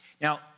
Now